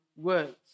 words